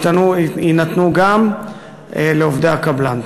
שיינתנו גם לעובדי הקבלן.